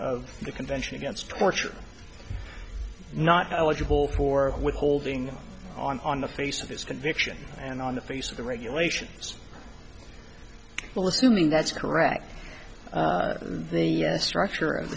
of the convention against torture not eligible for withholding on the face of this conviction and on the face of the regulations well assuming that's correct and the structure of